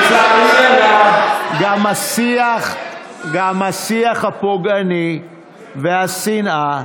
לצערי הרב, גם השיח הפוגעני והשנאה